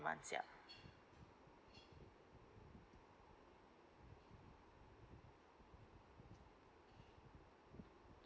months yup